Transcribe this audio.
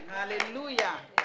Hallelujah